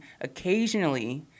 occasionally